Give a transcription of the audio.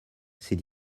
ces